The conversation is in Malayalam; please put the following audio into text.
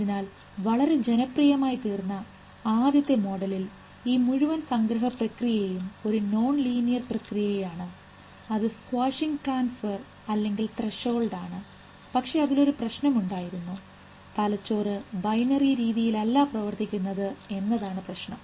അതിനാൽ വളരെ ജനപ്രിയമായിത്തീർന്ന ആദ്യത്തെ മോഡലിൽ ഈ മുഴുവൻ സംഗ്രഹ പ്രക്രിയയും ഒരു നോൺ ലീനിയർ പ്രക്രിയയാണ് അത് സ്ക്വാഷിംഗ് ട്രാൻസ്ഫർ അല്ലെങ്കിൽ ത്രെഷോൾഡ് ആണ് പക്ഷേ അതിൽ ഒരു പ്രശ്നമുണ്ടായിരുന്നു തലച്ചോറ് ബൈനറി രീതിയിൽ അല്ല പ്രവർത്തിക്കുന്നത് എന്നതാണ് പ്രശ്നം